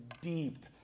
deep